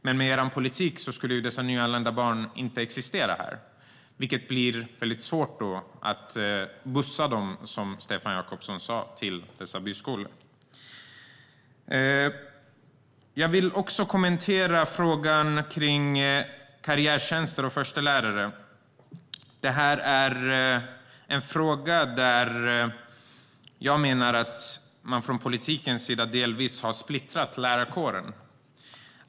Men med deras politik skulle de nyanlända barnen inte existera här. Då blir det svårt att bussa dem till byskolorna, som Stefan Jakobsson sa. Jag vill kommentera frågan om karriärtjänster och förstelärare. Det är en fråga där jag menar att man från politikens sida delvis har splittrat lärarkåren.